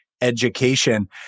education